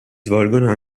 svolgono